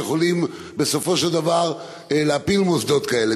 שיכולים בסופו של דבר להפיל מוסדות כאלה,